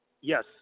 Yes